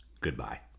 Goodbye